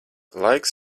laiks